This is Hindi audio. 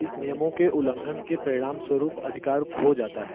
इस नियमों के उल्लंघन के परिणामस्वरूप अधिकार खो जाता है